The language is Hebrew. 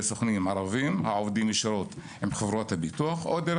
סוכנים ערבים העובדים ישירות עם חברות הביטוח או דרך